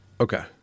Okay